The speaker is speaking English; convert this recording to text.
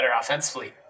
offensively